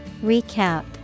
Recap